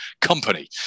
company